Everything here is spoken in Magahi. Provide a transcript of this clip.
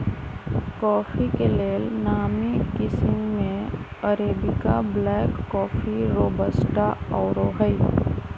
कॉफी के लेल नामी किशिम में अरेबिका, ब्लैक कॉफ़ी, रोबस्टा आउरो हइ